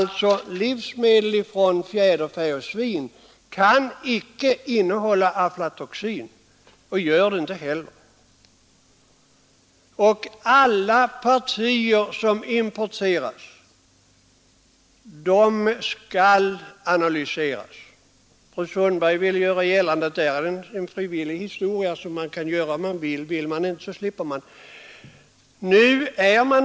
Livsmedel från fjäderfä och svin kan alltså icke innehålla aflatoxin. Alla partier som importeras skall analyseras. Fru Sundberg ville göra gällande att det är en frivillig historia — man kan göra det om man vill, men vill man inte så slipper man.